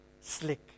slick